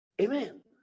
Amen